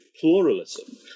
pluralism